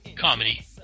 comedy